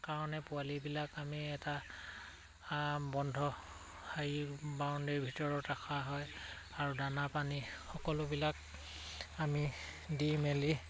কাৰণে পোৱালিবিলাক আমি এটা বন্ধ হেৰি বাউণ্ডেৰীৰ ভিতৰত ৰখা হয় আৰু দানা পানী সকলোবিলাক আমি দি মেলি